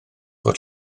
fod